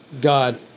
God